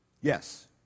yes